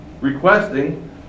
requesting